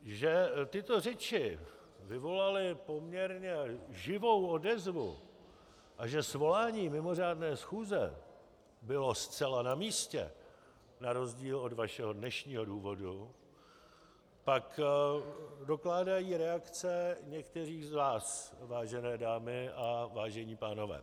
Že tyto řeči vyvolaly poměrně živou odezvu, a že svolání mimořádné schůze bylo zcela namístě na rozdíl od vašeho dnešního důvodu pak dokládají reakce některých z vás, vážené dámy a vážení pánové.